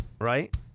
right